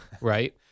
right